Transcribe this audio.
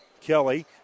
Kelly